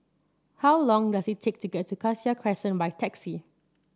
how long does it take to get to Cassia Crescent by taxi